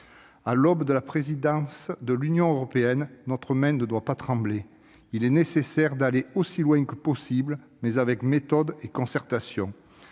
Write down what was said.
À l'aube de la présidence française de l'Union européenne, notre main ne doit pas trembler. Il est nécessaire d'aller aussi loin que possible, mais avec méthode et concertation.